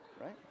Right